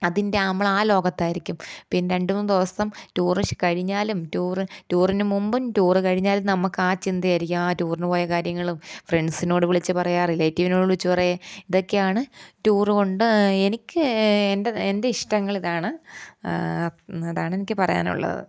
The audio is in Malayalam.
അതിൻ്റെ ആ നമ്മൾ ആ ലോകത്തായിരിക്കും പിന്നെ രണ്ടു മൂന്ന് ദിവസം ടൂർ കഴിഞ്ഞാലും ടൂറ് ടൂറിന് മുമ്പും ടൂർ കഴിഞ്ഞാലും നമ്മൾക്ക് ആ ചിന്തയായിരിക്കും ആ ടൂറിന് പോയ കാര്യങ്ങളും ഫ്രണ്ട്സിനോട് വിളിച്ചു പറയുക റിലേറ്റീവിനോട് വിളിച്ചു പറയുക ഇതൊക്കെയാണ് ടൂറുകൊണ്ട് എനിക്ക് എനിക്ക് എൻ്റെ എൻ്റെ ഇഷ്ടങ്ങളിതാണ് ഇതാണെനിക്ക് പറയാനുള്ളത്